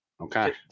Okay